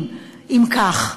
אם כך,